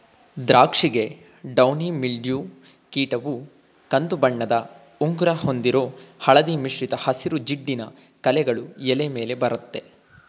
ದ್ರಾಕ್ಷಿಗೆ downy mildew ಕೀಟವು ಕಂದುಬಣ್ಣದ ಉಂಗುರ ಹೊಂದಿರೋ ಹಳದಿ ಮಿಶ್ರಿತ ಹಸಿರು ಜಿಡ್ಡಿನ ಕಲೆಗಳು ಎಲೆ ಮೇಲೆ ಬರತ್ತೆ